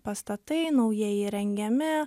pastatai naujai įrengiami